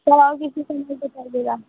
sir और किसी को नहीं बताइएगा